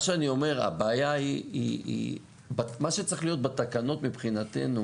מה שאני אומר, מה שצריך להיות בתקנות מבחינתנו